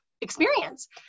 experience